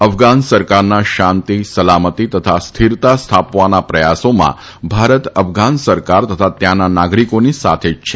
અફધાન સરકારના શાંતિ સલામતી તથા સ્થીરતા સ્થાપવાના પ્રયાસોમાં ભારત અફઘાન સરકાર તથા ત્યાંના નાગરિકોની સાથે જ છે